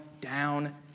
down